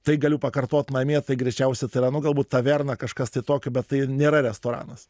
tai galiu pakartot namie tai greičiausia tai yra nu galbūt taverna kažkas tokio bet tai nėra restoranas